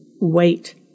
wait